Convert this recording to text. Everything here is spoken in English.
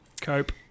Cope